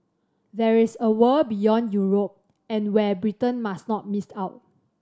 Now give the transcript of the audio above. there is a world beyond Europe and where Britain must not miss out